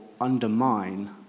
undermine